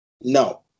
No